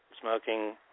smoking